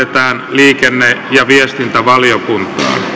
liikenne ja viestintävaliokuntaan